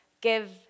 give